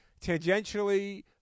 tangentially